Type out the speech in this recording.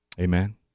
Amen